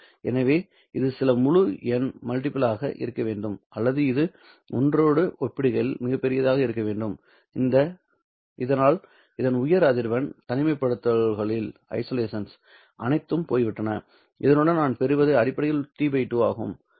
எனவே இது சில முழு எண் மல்டிபிளாக இருக்க வேண்டும் அல்லது இது ஒன்றோடு ஒப்பிடுகையில் மிகப் பெரியதாக இருக்க வேண்டும் இதனால் இந்த உயர் அதிர்வெண் தனிமைப்படுத்தல்கள் அனைத்தும் போய்விட்டன இதனுடன் நான் பெறுவது அடிப்படையில் T 2 ஆகும்